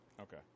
Okay